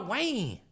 Wayne